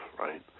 right